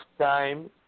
time